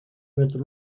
with